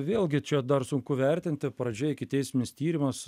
vėlgi čia dar sunku vertinti pradžia ikiteisminis tyrimas